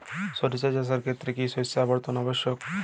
সরিষা চাষের ক্ষেত্রে কি শস্য আবর্তন আবশ্যক?